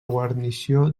guarnició